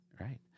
Right